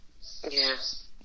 Yes